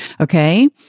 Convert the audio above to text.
okay